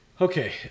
Okay